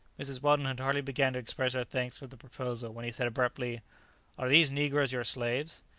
mrs. weldon had hardly begun to express her thanks for the proposal when he said abruptly are these negroes your slaves?